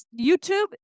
YouTube